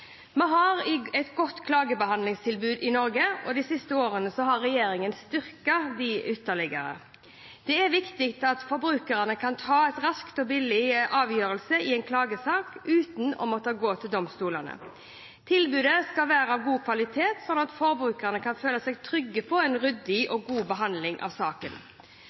Vi har et godt klagebehandlingstilbud i Norge, og de siste årene har regjeringen styrket det ytterligere. Det er viktig at forbrukerne kan få en rask og billig avgjørelse i en klagesak uten å måtte gå til domstolene. Tilbudet skal være av god kvalitet, slik at forbrukerne kan føle seg trygge på en ryddig og god behandling av saken.